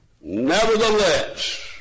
Nevertheless